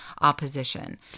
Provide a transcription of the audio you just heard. opposition